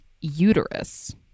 Uterus